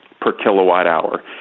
per kilowatt-hour.